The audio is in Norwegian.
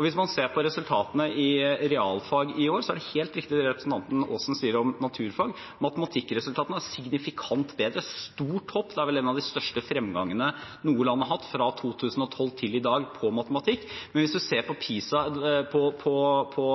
Hvis man ser på resultatene i realfag i år, er det helt riktig det representanten Aasen sier om naturfag. Matematikkresultatene er signifikant bedre. Det er et stort hopp og vel en av de største fremgangene noe land har hatt fra 2012 til i dag på matematikk. Hvis man ser på PISA og på